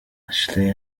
ashley